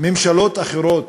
ממשלות אחרות